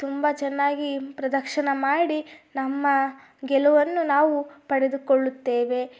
ತುಂಬ ಚೆನ್ನಾಗಿ ಪ್ರದರ್ಶನ ಮಾಡಿ ನಮ್ಮ ಗೆಲುವನ್ನು ನಾವು ಪಡೆದುಕೊಳ್ಳುತ್ತೇವೆ